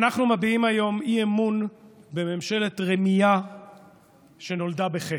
אנחנו מביעים היום אי-אמון בממשלת רמייה שנולדה בחטא,